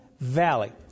valley